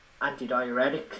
antidiuretic